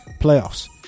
playoffs